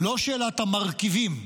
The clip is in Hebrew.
לא שאלת המרכיבים,